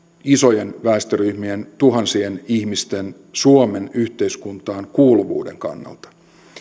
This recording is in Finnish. isojen väestöryhmien tuhansien ihmisten suomen yhteiskuntaan kuuluvuuden kannalta